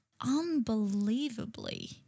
unbelievably